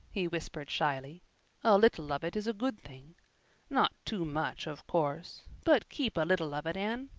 he whispered shyly, a little of it is a good thing not too much, of course but keep a little of it, anne,